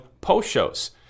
post-shows